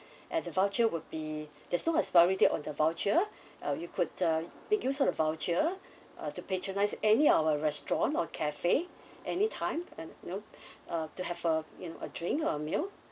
and the voucher would be there's no expiry dates on the voucher uh you could uh make use of the voucher uh to patronise any of our restaurant or cafe anytime and you know uh to have a you know a drink or meal